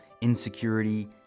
insecurity